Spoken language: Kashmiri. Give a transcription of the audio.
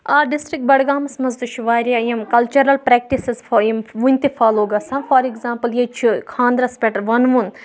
آ ڈِسٹرک بَڈگامَس مَنٛز تہِ چھُ واریاہ یِم کَلچَرَل پریٚکٹِسِز یِم وٕنہِ تہِ فالو گَژھان فار ایٚگزامپٕل ییٚتہِ چھُ خاندرَس پٮ۪ٹھ وَنوُن